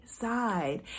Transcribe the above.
side